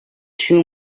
two